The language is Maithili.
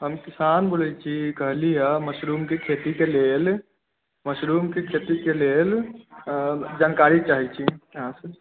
हम किसान बोलै छी कहलीय मशरूम के खेती के लेल मशरूम के खेती के लेल जानकारी चाहै छी अहाँसे